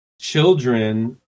children